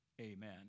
Amen